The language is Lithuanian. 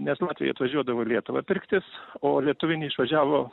nes latviai atvažiuodavo į lietuvą pirktis o lietuviai neišvažiavo